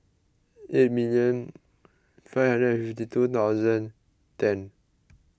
eight million five hundred and fifty two thousand ten